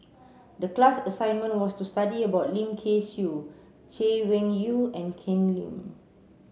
the class assignment was to study about Lim Kay Siu Chay Weng Yew and Ken Lim